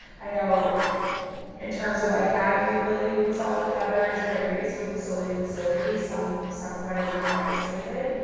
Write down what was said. i know in terms of like having the ability to consult with others varies from facility to and facility, some some providers are more isolated,